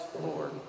Lord